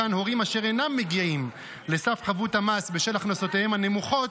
מכאן שהורים אשר אינם מגיעים לסף חבות המס בשל הכנסותיהם הנמוכות,